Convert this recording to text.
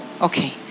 okay